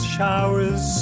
Showers